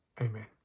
amen